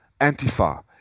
Antifa